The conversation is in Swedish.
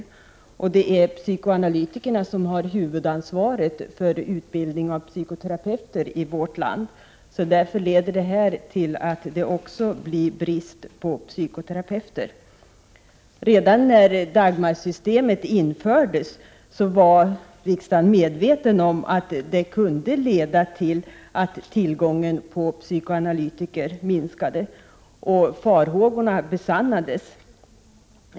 Det är psykoanalytikerna som har huvudansvaret för utbildningen av landets psykoterapeuter. Därför blir det också en brist på psykoterapeuter. Redan när Dagmarsystemet infördes var riksdagen medveten om att det kunde leda till en minskad tillgång på psykoanalytiker. Farhågorna besannades.